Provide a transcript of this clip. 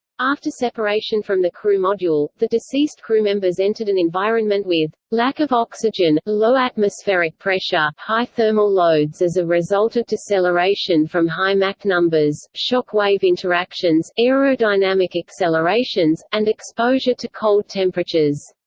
after separation from the crew module, the deceased crewmembers entered an environment with lack of oxygen, low atmospheric pressure, high thermal loads as a result of deceleration from high mach numbers, shock wave interactions, aerodynamic accelerations, and exposure to cold temperatures.